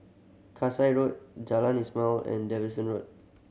Kasai Road Jalan Ismail and Davidson Road